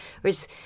Whereas